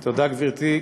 תודה, גברתי.